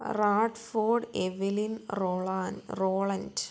റാട്ട് Ford Evelyn Rolan Roland